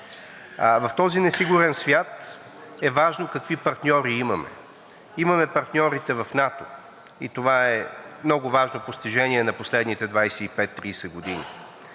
В този несигурен свят е важно какви партньори имаме. Имаме партньорите в НАТО и това е много важно постижение на последните 25 – 30 години.